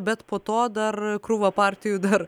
bet po to dar krūva partijų dar